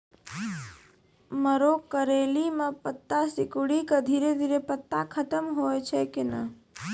मरो करैली म पत्ता सिकुड़ी के धीरे धीरे पत्ता खत्म होय छै कैनै?